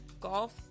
Golf